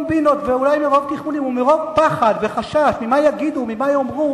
מרוב קומבינות ומרוב פחד וחשש ממה יגידו ומה יאמרו,